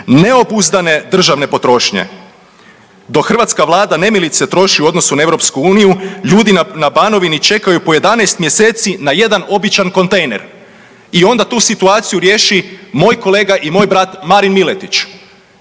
neobuzdane državne potrošnje. Dok hrvatska Vlada nemilice troši u odnosu na EU, ljudi na Banovini čekaju po 11 mjeseci na jedan običan kontejner. I onda tu situaciju riješi moj kolega i moj brat Marin Miletić.